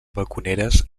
balconeres